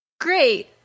great